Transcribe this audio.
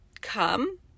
come